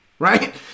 right